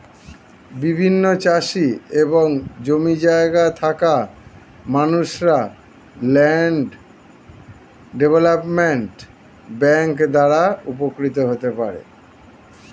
বিভিন্ন চাষি এবং জমি জায়গা থাকা মানুষরা ল্যান্ড ডেভেলপমেন্ট ব্যাংক দ্বারা উপকৃত হতে পারেন